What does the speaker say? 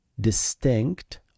distinct